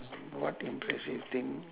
what impressive thing